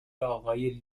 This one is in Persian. آقای